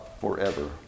forever